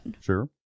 Sure